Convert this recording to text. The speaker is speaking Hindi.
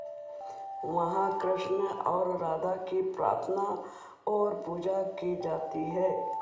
वहाँ कृष्ण और राधा की प्राथना और पूजा की जाती है